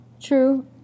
True